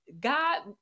God